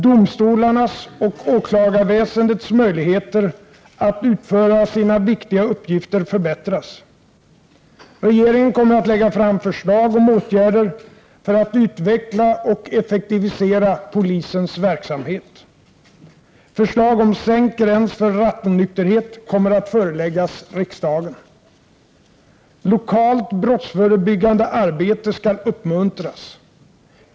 Domstolarnas och åklagarväsendets möjligheter att utföra sina viktiga uppgifter förbättras. Regeringen kommer att lägga fram förslag om åtgärder för att utveckla och effektivisera polisens verksamhet. Förslag om sänkt gräns för rattonykterhet kommer att föreläggas riksdagen. Lokalt brottsförebyggande arbete skall uppmuntras.